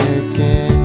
again